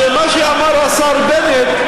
זה מה שאמר השר בנט,